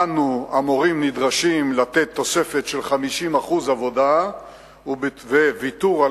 אנו המורים נדרשים לתת תוספת של 50% עבודה וויתור על